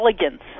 elegance